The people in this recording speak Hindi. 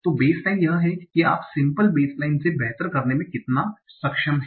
तो बेसलाइन यह हैं कि आप सिम्पल बेसलाइन से बेहतर करने में कितना सक्षम हैं